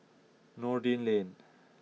Noordin Lane